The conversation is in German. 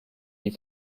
wie